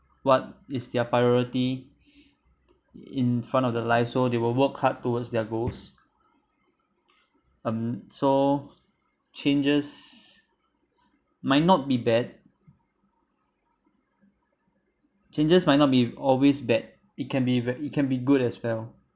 what is their priority in front of their life so they will work hard towards their goals um so changes might not be bad changes might not be always bad it can be ve~ it can be good as well